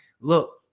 Look